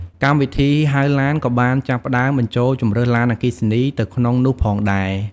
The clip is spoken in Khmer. កម្មវិធីហៅឡានក៏បានចាប់ផ្តើមបញ្ចូលជម្រើសឡានអគ្គីសនីទៅក្នុងនោះផងដែរ។